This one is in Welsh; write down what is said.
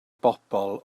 bobl